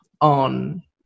on